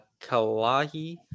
kalahi